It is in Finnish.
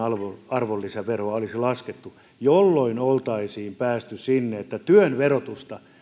arvonlisäveroa olisi laskettu jolloin oltaisiin päästy sinne että työn verotusta